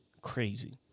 Crazy